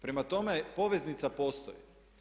Prema tome, poveznica postoji.